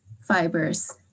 fibers